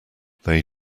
they